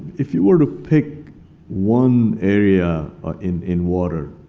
if you were to pick one area in in water